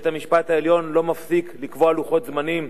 בית-המשפט העליון לא מפסיק לקבוע לוחות זמנים,